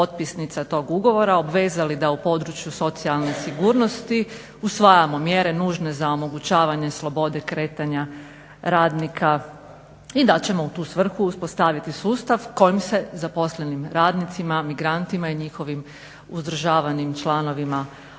tog ugovora obvezali da u području socijalne sigurnosti usvajamo mjere nužne za omogućavanje slobode kretanja radnika i da ćemo u tu svrhu uspostaviti sustav kojim se zaposlenim radnicima, migrantima i njihovim uzdržavanim članovima obitelji